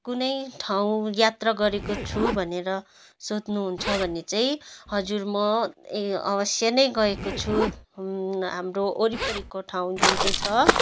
कुनै ठाउँ यात्रा गरेको छु भनेर सोध्नु हुन्छ भने चाहिँ हजुर म अवश्य नै गएको छु हाम्रो वरिपरिको ठाउँ जुन चाहिँ छ